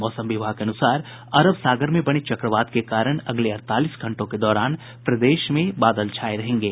मौसम विभाग के अनुसार अरब सागर में बने चक्रवात के कारण अगले अड़तालीस घंटों के दौरान प्रदेश में बादल छाये रहेंगे